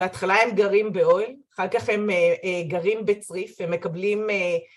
‫בהתחלה הם גרים באוהל, ‫אחר כך הם גרים בצריף, הם מקבלים...